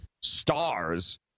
stars